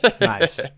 Nice